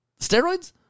Steroids